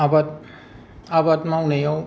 आबाद मावनायाव